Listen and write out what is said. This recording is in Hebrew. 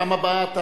פעם הבאה אתה,